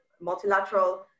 multilateral